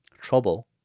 trouble